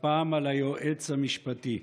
והפעם על היועץ המשפטי.